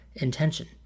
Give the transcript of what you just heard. intention